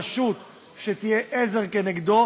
רשות שתהיה עזר כנגדו